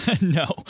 No